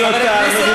בהיותה מדינת הלאום,